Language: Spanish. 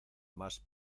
más